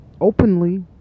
openly